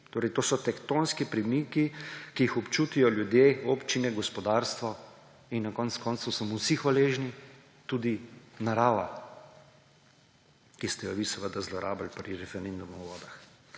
Torej, to so tektonski premiki, ki jih občutijo ljudje, občine, gospodarstvo in na koncu koncev so mu vsi hvaležni, tudi narava, ki ste jo vi seveda zlorabili pri referendumu o vodah.